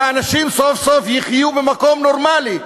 שהאנשים סוף-סוף יחיו במקום נורמלי,